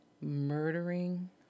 murdering